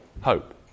hope